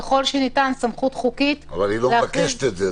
ככל שניתן סמכות חוקית --- אבל היא לא מבקשת את זה.